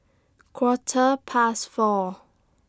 Quarter Past four